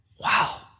Wow